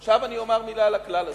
עכשיו, אני אומר מלה על הכלל הזה.